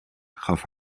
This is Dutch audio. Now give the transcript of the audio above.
gaf